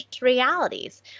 realities